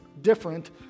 different